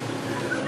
בר.